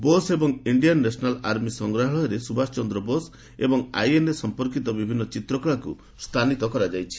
ବୋଷ ଏବଂ Indian National Army ସଂଗ୍ରହାଳୟରେ ସୁଭାଷ ଚନ୍ଦ୍ର ବୋଷ ଏବଂ ଆଇଏନ୍ଏ ସଂପର୍କୀତ ବିଭିନ୍ନ ଚିତକ୍ରଳାକୁ ସ୍ଥାନିତ କରାଯାଇଛି